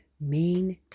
main